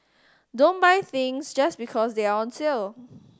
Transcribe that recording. don't buy things just because they are on sale